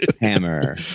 Hammer